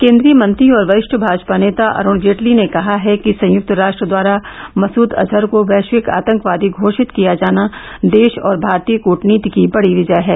केन्द्रीय मंत्री और वरिष्ठ भाजपा नेता अरूण जेटली ने कहा है कि संयुक्त राष्ट्र द्वारा मसूद अजहर को वैश्विक आतंकवादी घोषित किया जाना देश और भारतीय कूटनीति की बड़ी विजय है